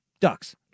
Ducks